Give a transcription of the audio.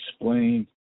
explain